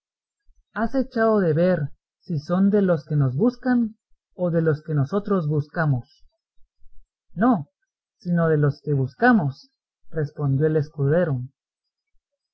has echado de ver si son de los que nos buscan o de los que nosotros buscamos no sino de los que buscamos respondió el escudero